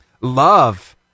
love